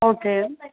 okay